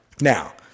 Now